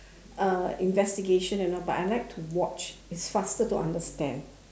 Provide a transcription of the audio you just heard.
uh investigation and all but I like to watch it's faster to understand